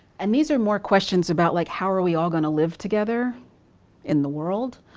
and these are more questions about like how are we all gonna live together in the world?